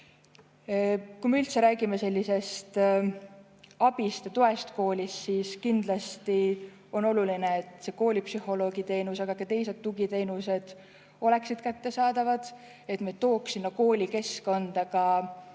Kui me üldse räägime sellisest abist ja toest koolis, siis kindlasti on oluline, et koolipsühholoogi teenus, aga ka teised tugiteenused oleksid kättesaadavad, et me tooksime sinna koolikeskkonda